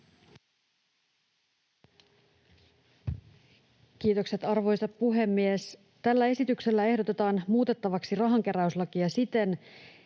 Kiitokset, arvoisa puhemies! Tällä esityksellä ehdotetaan muutettavaksi rahankeräyslakia siten,